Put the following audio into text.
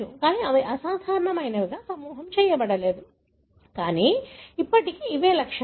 కానీ అవి అసాధారణమైనవిగా సమూహం చేయబడలేదు కానీ ఇప్పటికీ ఇవి లక్షణాలు